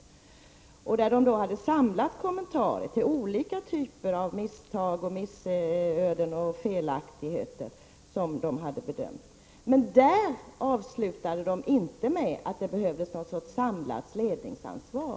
Kommentarer fanns samlade till olika typer av misstag, missöden och felaktigheter som hade begåtts. Men boken avslutades inte med förslag om att det skulle behövas något samlat ledningsansvar.